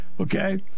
Okay